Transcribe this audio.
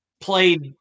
played